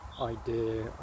idea